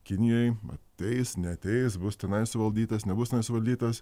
kinijoj ateis neateis bus tenai suvaldytas nebus tenai suvaldytas